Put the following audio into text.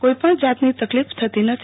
કોઈપણ જાતની તકલીફ થતી નથી